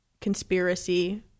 conspiracy